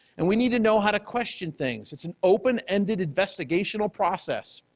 and we need to know how to question things. it's an open-ended investigational process.